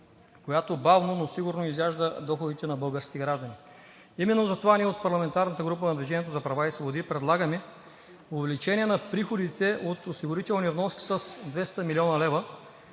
която бавно, но сигурно изяжда доходите на българските граждани. Именно затова ние от парламентарната група на „Движение за права и свободи“ предлагаме увеличение на приходите от осигурителни вноски с 200 млн. лв.